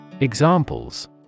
Examples